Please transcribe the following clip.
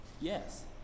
Yes